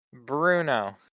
Bruno